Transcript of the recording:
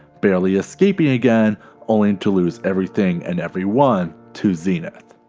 barely escaping again only to lose everything and everyone to zenith.